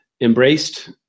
embraced